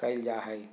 कइल जा हइ